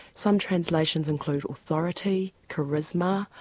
some translations include authority, charisma,